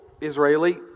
Israeli